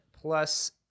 plus